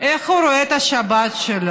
על איך הוא רואה את השבת שלו.